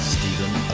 Stephen